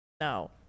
No